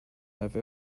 have